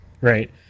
right